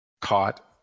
caught